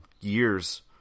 years